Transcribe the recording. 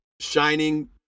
shining